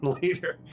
later